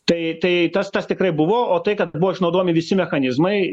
tai tai tas tas tikrai buvo o tai kad buvo išnaudojami visi mechanizmai